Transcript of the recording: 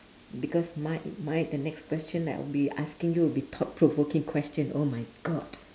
because mine mine the next question that I'll be asking you will be thought provoking question oh my god